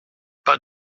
pas